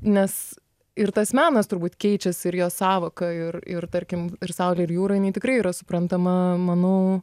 nes ir tas menas turbūt keičiasi ir jo sąvoka ir ir tarkim ir saulė ir jūra jinai tikrai yra suprantama manau